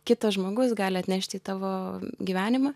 kitas žmogus gali atnešti į tavo gyvenimą